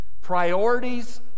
Priorities